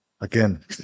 again